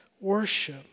worship